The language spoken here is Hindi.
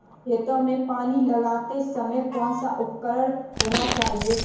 खेतों में पानी लगाते समय कौन सा उपकरण होना चाहिए?